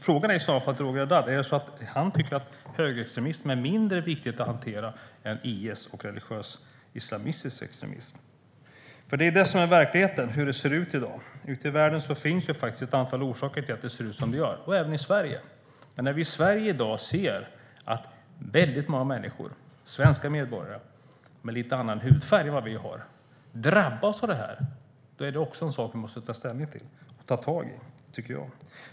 Frågan är i sådana fall till Roger Haddad: Tycker Roger Haddad att det är mindre viktigt att hantera högerextremism än IS och religiös islamistisk extremism? Det är det som är verkligheten. Det är så det ser ut i dag. Ute i världen finns det faktiskt ett antal orsaker till att det ser ut som det gör, även i Sverige. Men när vi i Sverige i dag ser att väldigt många människor, svenska medborgare med en lite annan hudfärg än vad vi har, drabbas av detta är det en sak som vi måste ta ställning till och ta tag i, tycker jag.